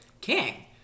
king